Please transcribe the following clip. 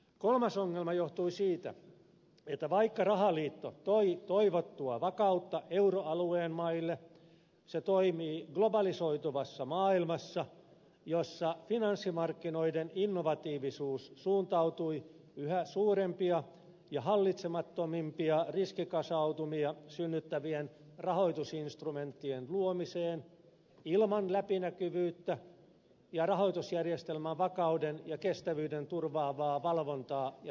kolmas ongelma johtui siitä että vaikka rahaliitto toi toivottua vakautta euroalueen maille se toimii globalisoituvassa maailmassa jossa finanssimarkkinoiden innovatiivisuus suuntautui yhä suurempia ja hallitsemattomampia riskikasautumia synnyttävien rahoitusinstrumenttien luomiseen ilman läpinäkyvyyttä ja rahoitusjärjestelmän vakauden ja kestävyyden turvaavaa valvontaa ja säätelyä